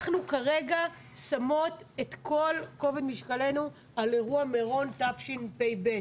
אנחנו כרגע שמות את כל כובד משקלנו על אירוע מירון תשפ"ב.